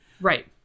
right